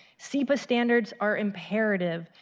sepa standards are imperative,